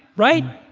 right?